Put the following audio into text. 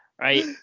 right